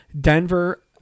Denver